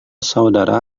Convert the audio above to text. saudara